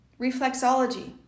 reflexology